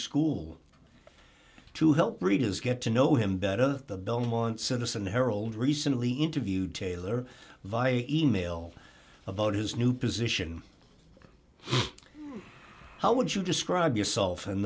school to help readers get to know him better the belmont citizen herald recently interviewed taylor via email about his new position how would you describe yourself and